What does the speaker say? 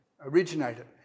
originated